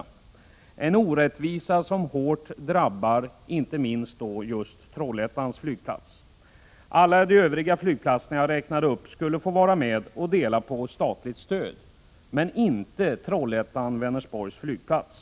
Det är en orättvisa som hårt drabbar inte minst Trollhättans flygplats. Alla de övriga flygplatserna jag räknade upp skulle få vara med och dela på det statliga stödet, men inte Trollhättan-Vänersborgs flygplats.